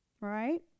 right